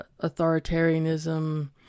authoritarianism